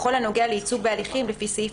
בכל הנוגע לייצוג בהליכים לפי סעיף